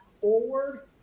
forward